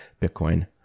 Bitcoin